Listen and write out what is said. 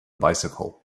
bicycle